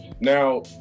Now